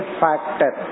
factor